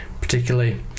particularly